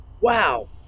Wow